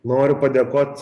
noriu padėkot